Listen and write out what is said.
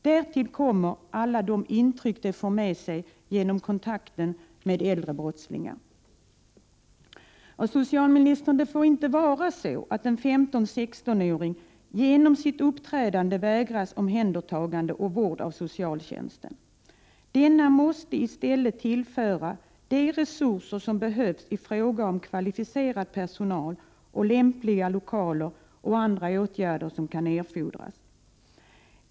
Därtill kommer alla intryck som de ungdomar för med sig som varit i kontakt med äldre brottslingar. Det får inte vara så, socialministern, att en 15-16-åring till följd av sitt uppträdande förvägras omhändertagande och vård inom socialtjänsten. Denna måste i stället tillföras de resurser som behövs i fråga om kvalificerad personal, lämpliga lokaler och andra åtgärder.